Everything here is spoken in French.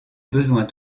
besoin